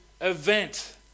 event